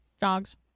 Dogs